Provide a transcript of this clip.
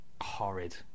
horrid